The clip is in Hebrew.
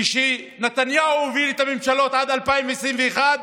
כשנתניהו הוביל את הממשלות עד 2021,